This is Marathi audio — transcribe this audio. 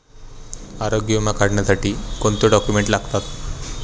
आरोग्य विमा काढण्यासाठी कोणते डॉक्युमेंट्स लागतात?